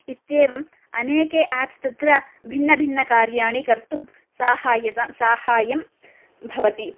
इत्येवम् अनेके एप्स् तत्र भिन्नभिन्नकार्याणि कर्तुं साहाय्यता साहाय्यं भवति